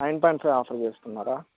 nine point seven offer చేస్తున్నారా